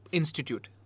institute